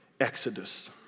exodus